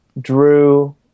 drew